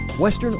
Western